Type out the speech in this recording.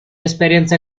esperienza